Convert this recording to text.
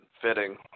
fitting